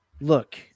Look